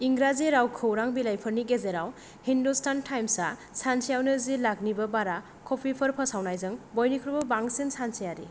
इंराजि राव खौरां बिलाइफोरनि गेजेराव हिन्दुस्तान टाइम्सआ सानसेयावनो जि लाखनिबो बारा कपिफोर फोसावनायजों बयनिख्रुइबो बांसिन सानसेयारि